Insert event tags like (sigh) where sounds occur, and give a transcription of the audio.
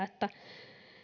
(unintelligible) että